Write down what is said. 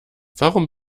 warum